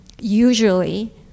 usually